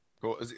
cool